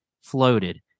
floated